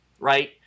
Right